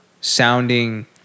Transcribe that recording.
sounding